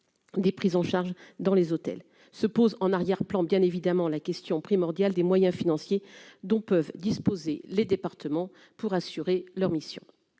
des prises en charge dans les hôtels se pose en arrière-plan, bien évidemment, la question primordiale des moyens financiers dont peuvent disposer les départements pour assurer leur mission,